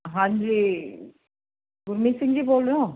ਹਾਂਜੀ ਗੁਰਮੀਤ ਸਿੰਘ ਜੀ ਬੋਲ ਰਹੇ ਓਂ